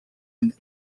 and